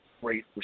great